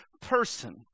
person